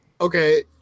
okay